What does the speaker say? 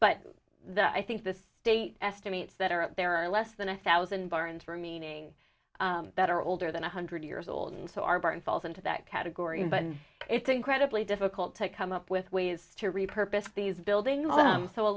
but that i think the state estimates that are there are less than a thousand barns for meaning that are older than one hundred years old and so our barn falls into that category but it's incredibly difficult to come up with ways to repurpose these buildings